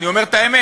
מחקו את הגיורים,